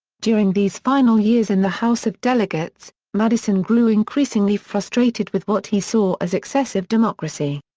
during these final years in the house of delegates, madison grew increasingly frustrated with what he saw as excessive democracy.